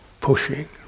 pushing